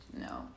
No